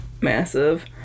massive